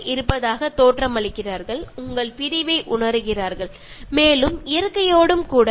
നിങ്ങൾ അവരുടെ അടുത്തേക്ക് പോകാതിരുന്നാൽ അവർ വിഷമിച്ചു നിൽക്കുന്നത് പോലെ തോന്നാറുണ്ട്